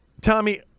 Tommy